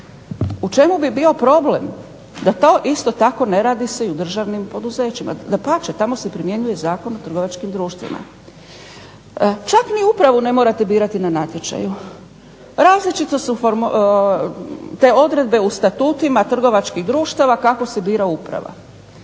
U čemu bi bio problem da to isto tako ne radi se u državnim poduzećima, dapače tamo se primjenjuje Zakon o trgovačkim društvima. Čak ni upravu ne morate birati na natječaju. Različito su te odredbe u statutima trgovačkih društava kako se bira uprava.